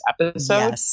episode